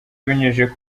abinyujije